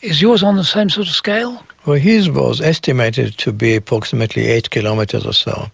is yours on the same sort of scale? his was estimated to be approximately eight kilometres or so